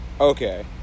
Okay